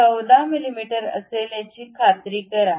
14 मिमी असेल याची खात्री करा